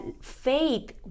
faith